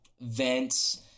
vents